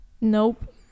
Nope